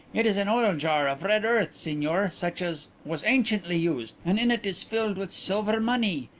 it is an oil jar of red earth, signor, such as was anciently used, and in it is filled with silver money.